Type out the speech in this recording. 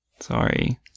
Sorry